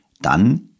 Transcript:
dann